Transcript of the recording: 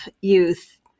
youth